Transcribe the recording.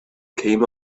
came